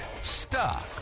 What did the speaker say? stuck